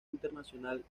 internacional